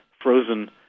frozen